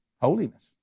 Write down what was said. Holiness